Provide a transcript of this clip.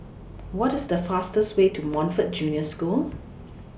What IS The fastest Way to Montfort Junior School